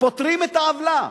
פותרים את העוולה.